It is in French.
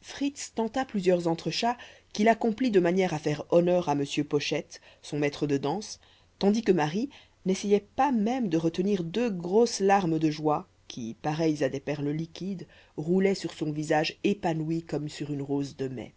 fritz tenta plusieurs entrechats qu'il accomplit de manière à faire honneur à m pochette son maître de danse tandis que marie n'essayait pas même de retenir deux grosses larmes de joie qui pareilles à des perles liquides roulaient sur son visage épanoui comme sur une rose de mai